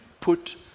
put